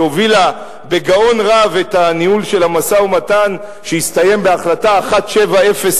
שהובילה בגאון רב את הניהול של המשא-ומתן שהסתיים בהחלטה 1701,